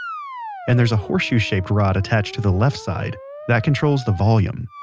and there's a horseshoe-shaped rod attached to the left side that controls the volume.